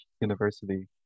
university